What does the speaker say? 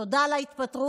תודה על ההתפטרות,